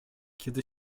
kiedy